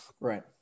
Right